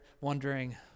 wondering